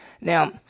Now